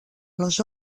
les